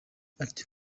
ati